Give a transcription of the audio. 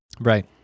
Right